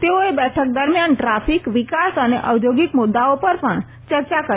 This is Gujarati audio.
તેઓએ બેઠક દરમિયાન ટ્રાફીક વિકાસ અને ઔદ્યોગીક મુદાઓ પર પણ ચર્ચા કરી